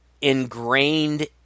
ingrained